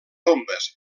tombes